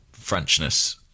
Frenchness